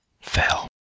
fell